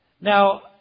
Now